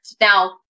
Now